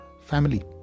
family